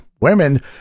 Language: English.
Women